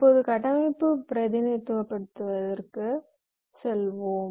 இப்போது கட்டமைப்பு பிரதிநிதித்துவத்திற்கு செல்வோம்